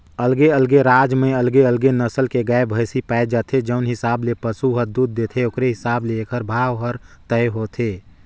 अलगे अलगे राज म अलगे अलगे नसल के गाय, भइसी पाए जाथे, जउन हिसाब ले पसु ह दूद देथे ओखरे हिसाब ले एखर भाव हर तय होथे